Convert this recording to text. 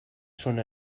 son